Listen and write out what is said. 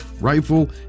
rifle